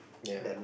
ya